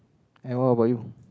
and what about you